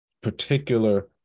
particular